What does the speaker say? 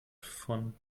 von